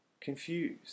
Confused